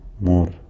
more